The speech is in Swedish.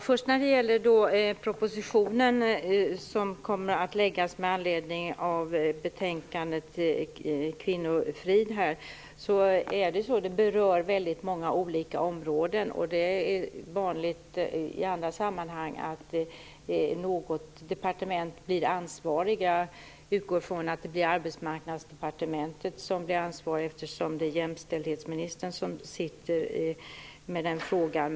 Herr talman! Den proposition som kommer att läggas fram med anledning av betänkandet Kvinnofrid berör väldigt många olika områden. Det är vanligt att något departement blir ansvarigt, och jag utgår från att det är Arbetsmarknadsdepartementet som blir det, eftersom det är jämställdhetsministern som har hand om frågan.